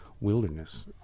wilderness